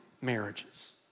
marriages